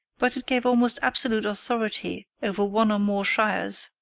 but it gave almost absolute authority over one or more shires,